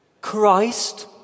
Christ